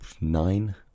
nine